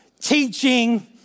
teaching